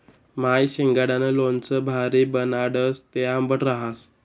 माय शिंगाडानं लोणचं भारी बनाडस, ते आंबट रहास